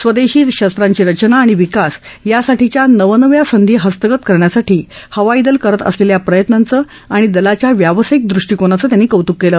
स्वदेशी शस्त्रांची रचना आणि विकास यासाठीच्या नव नव्या संधी हस्तगत करण्यासाठी हवाई दल करत असलेल्या प्रयत्नांच आणि दलाच्या व्यावसायिक दृष्टीकोनाचं त्यांनी कौतुक केलं